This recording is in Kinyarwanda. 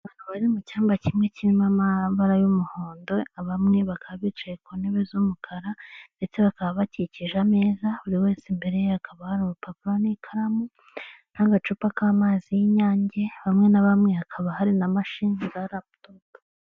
Bari mu cyamba kimwe cyirimo amabara y'umuhondo bamwe bakaba bicaye ku ntebe z'umukara ndetse bakaba bakikije ameza buri wese mbere hakaba hari urupapuro n'ikaramu n'agacupa k'amazi y'inyange bamwe na bamwe hakaba hari na mashine za raputopu.